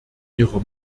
ihrer